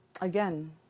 Again